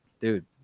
Dude